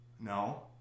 No